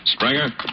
Springer